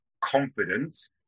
confidence